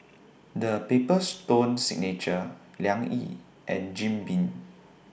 The Paper Stone Signature Liang Yi and Jim Beam